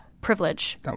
privilege